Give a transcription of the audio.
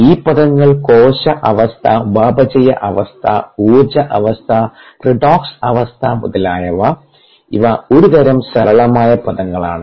ഈ പദങ്ങൾ കോശ അവസ്ഥഉപാപചയ അവസ്ഥ ഊർജ്ജ അവസ്ഥ റെഡോക്സ് അവസ്ഥമുതലായവ ഇവ ഒരുതരം സരളമായ പദങ്ങളാണ്